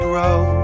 Grow